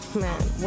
man